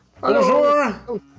Bonjour